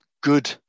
good